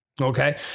Okay